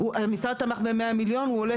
המשרד תמך ב-100 מיליון, אבל הוא עולה